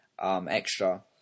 extra